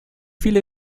viele